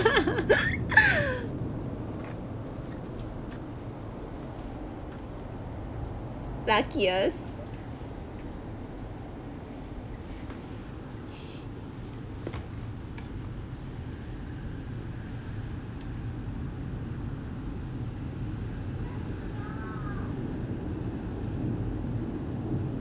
luckiest